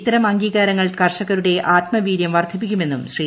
ഇത്തരം അംഗീകാരങ്ങൾ കർഷകരു്ടെ ആത്മവീര്യം വർദ്ധിപ്പിക്കുമെന്നും ശ്രീ